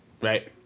Right